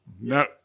No